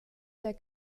der